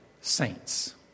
saints